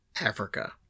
Africa